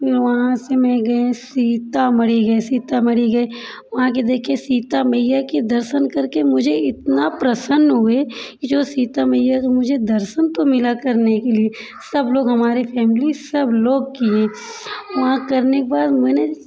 फिर वहाँ से मैं गए सीतामढ़ी गए सीतामढ़ी गए वहाँ के देखे सीता मैया के दर्शन करके मुझे इतना प्रसन्न हुए जो सीता मैया मुझे दर्शन तो मिला करने के लिए सब लोग हमारे फैमिली सब लोग किए वहाँ करने के बाद मैंने